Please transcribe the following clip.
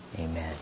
amen